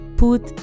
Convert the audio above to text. put